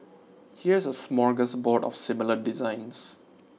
here's a smorgasbord of similar designs